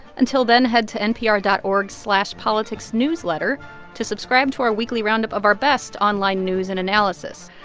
until then, head to npr dot org slash politicsnewsletter to subscribe to our weekly roundup of our best online news and analysis.